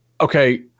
okay